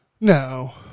No